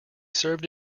served